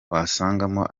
wasangamo